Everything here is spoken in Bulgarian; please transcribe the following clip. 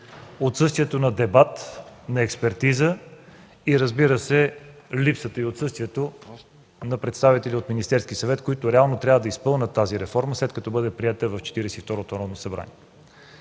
отсъствието на дебат, на експертиза и, разбира се, при липсата и отсъствието на представители от Министерския съвет, които реално трябва да изпълнят тази реформа, след като бъде приета в Четиридесет